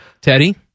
Teddy